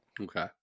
Okay